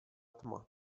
tma